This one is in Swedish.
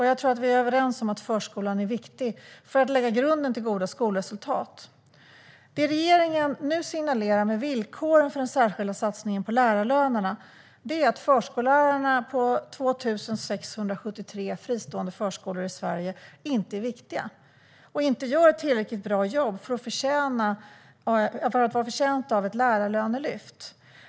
Jag tror att vi är överens om att förskolan är viktig för att lägga grunden till goda skolresultat. Det regeringen nu signalerar med villkoren för den särskilda satsningen på lärarlönerna är att förskollärarna på 2 673 fristående förskolor i Sverige inte är viktiga och inte gör ett tillräckligt bra jobb för att vara förtjänta av ett lärarlönelyft.